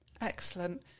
excellent